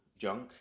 junk